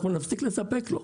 אנחנו נפסיק לספק לו.